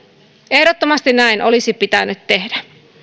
ehdottomasti näin olisi pitänyt tehdä